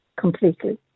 completely